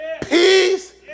peace